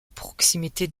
proximité